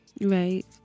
Right